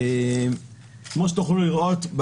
כמו שתוכלו לראות,